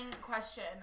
question